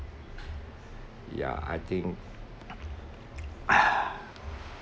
ya I think